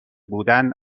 بودن